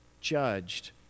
judged